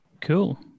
Cool